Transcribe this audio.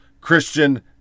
Christian